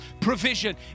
provision